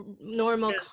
normal